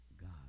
God